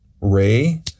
Ray